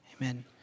Amen